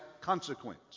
consequence